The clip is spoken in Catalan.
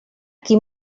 qui